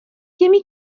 těmi